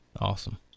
Awesome